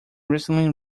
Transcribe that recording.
recently